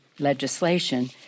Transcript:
legislation